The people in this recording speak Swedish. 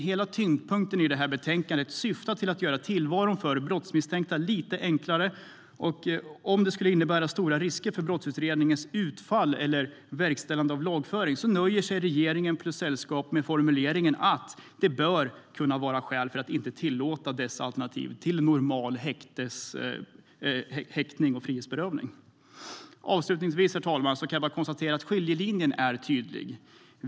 Hela tyngdpunkten i betänkandet syftar till att göra tillvaron för brottsmisstänkta lite enklare, och om det skulle innebära stora risker för brottsutredningars utfall eller verkställande av lagföring nöjer sig regeringen plus sällskap med formuleringen att det bör kunna vara skäl för att inte tillåta dessa alternativ till normal häktning och frihetsberövande. Avslutningsvis kan jag bara konstatera att skiljelinjen är tydlig.